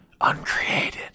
uncreated